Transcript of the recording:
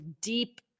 deep